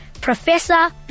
Professor